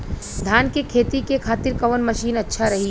धान के खेती के खातिर कवन मशीन अच्छा रही?